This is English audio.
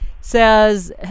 says